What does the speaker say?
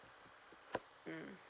mm